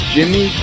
Jimmy